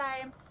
time